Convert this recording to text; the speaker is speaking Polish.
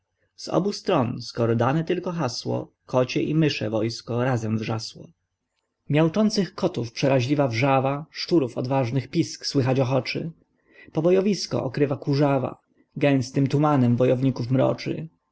z obu stron skoro dane tylko hasło kocie i mysze wojsko razem wrzasło mjauczących kotów przeraźliwa wrzawa szczurów odważnych pisk słychać ochoczy pobojowisko okrywa kurzawa gęstym tumanem wojowników mroczy